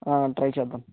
try చేద్దాం